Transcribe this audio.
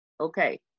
okay